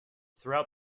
throughout